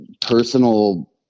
personal